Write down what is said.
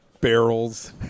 Barrels